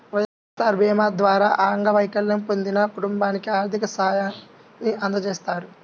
వైఎస్ఆర్ భీమా ద్వారా అంగవైకల్యం పొందిన కుటుంబానికి ఆర్థిక సాయాన్ని అందజేస్తారు